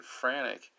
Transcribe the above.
frantic